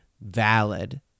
valid